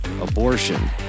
abortion